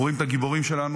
אנחנו רואים את הגיבורים שלנו,